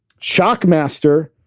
Shockmaster